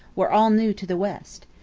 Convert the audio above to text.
were all new to the west,